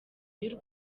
y’u